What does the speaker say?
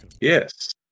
yes